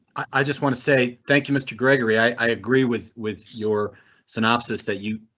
i just want to say thank you, mr gregory. i agree with with your synopsis that you,